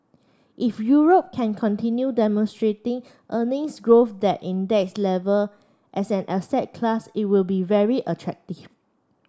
if Europe can continue demonstrating earnings growth at index level as an asset class it will be very attractive